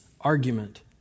argument